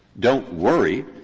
don't worry,